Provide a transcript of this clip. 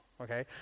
okay